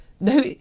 No